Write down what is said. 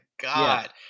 god